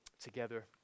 together